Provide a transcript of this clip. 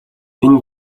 энэ